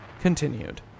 continued